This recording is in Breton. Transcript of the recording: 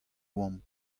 oamp